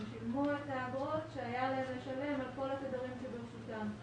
הם שילמו את האגרות שהיה עליהם לשלם על כל התדרים שברשותם.